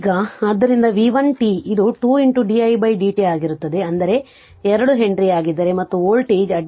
ಈಗ ಆದ್ದರಿಂದ v 1 t ಅದು 2 di dt ಆಗಿರುತ್ತದೆ ಅಂದರೆ 2 ಹೆನ್ರಿ ಆಗಿದ್ದರೆ ಮತ್ತು ವೋಲ್ಟೇಜ್ ಅಡ್ಡಲಾಗಿ v 1 ಆಗಿದೆ